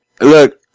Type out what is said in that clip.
Look